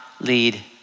lead